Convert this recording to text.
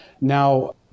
Now